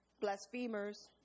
blasphemers